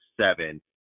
seven